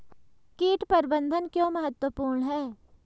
कीट प्रबंधन क्यों महत्वपूर्ण है?